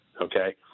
okay